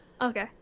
Okay